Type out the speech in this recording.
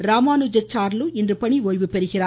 ராமானுஜச்சார்லு இன்று பணி ஓய்வு பெறுகிறார்